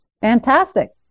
Fantastic